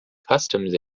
customs